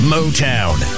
Motown